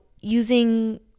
Using